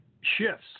shifts